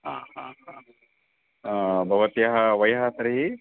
हा हा हा भवत्याः वयः तर्हि